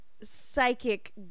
Psychic